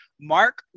Mark